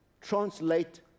translate